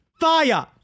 Fire